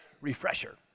refresher